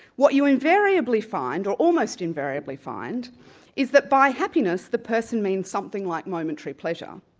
what you invariably find or almost invariably find is that by happiness the person means something like momentary pleasure.